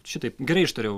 šitaip gerai ištariau